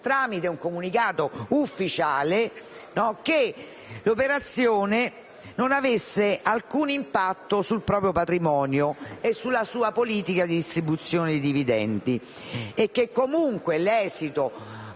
tramite un comunicato ufficiale, che l'operazione non avesse alcun impatto sul proprio patrimonio e sulla sua politica di distribuzione dei dividendi e che, comunque, l'esito